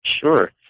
Sure